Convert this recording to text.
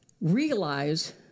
realize